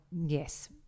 Yes